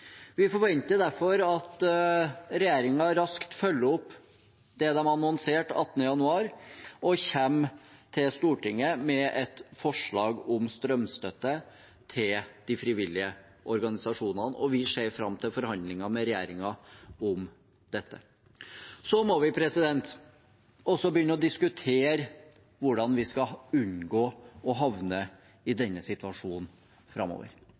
Vi forventer derfor at regjeringen raskt følger opp det de annonserte 18. januar, og kommer til Stortinget med et forslag om strømstøtte til de frivillige organisasjonene, og vi ser fram til forhandlinger med regjeringen om dette. Så må vi også begynne å diskutere hvordan vi skal unngå å havne i denne situasjonen framover.